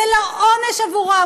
זה לא עונש עבורם.